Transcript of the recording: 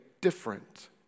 different